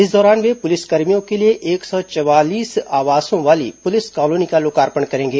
इस दौरान वे पुलिसकर्मियों के लिए एक सौ चवालीस आवासों वाली पुलिस कॉलोनी का लोकार्पण करेंगे